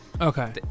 Okay